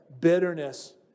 bitterness